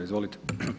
Izvolite.